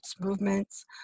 movements